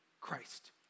Christ